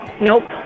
Nope